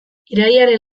irailaren